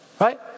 Right